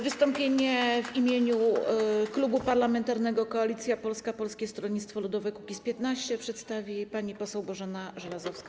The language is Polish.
Wystąpienie w imieniu Klubu Parlamentarnego Koalicja Polska - Polskie Stronnictwo Ludowe - Kukiz15 przedstawi pani poseł Bożena Żelazowska.